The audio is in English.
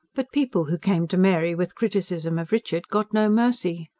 but people who came to mary with criticism of richard got no mercy.